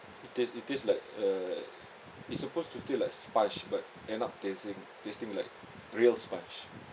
it taste it taste like err it suppose to tast~ like sponge but end up tasting tasting like real sponge